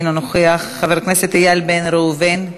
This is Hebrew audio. אינו נוכח, חבר הכנסת איל בן ראובן,